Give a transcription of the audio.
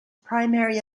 primary